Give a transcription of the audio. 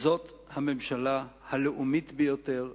זאת הממשלה הלאומית ביותר,